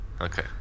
Okay